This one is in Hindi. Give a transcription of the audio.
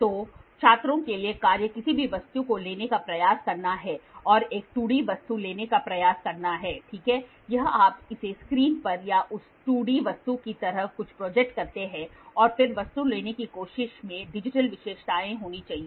तो छात्रों के लिए कार्य किसी भी वस्तु को लेने का प्रयास करना है और एक 2D वस्तु लेने का प्रयास करना है ठीक है या आप इसे स्क्रीन पर या उस २ डी वस्तु की तरह कुछ प्रोजेक्ट करते हैं और फिर वस्तु लेने की कोशिश में जटिल विशेषताएं होनी चाहिए